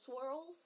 swirls